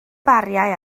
bariau